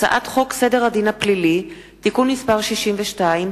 הצעת חוק סדר הדין הפלילי (תיקון מס' 62),